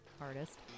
artist